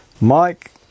Mike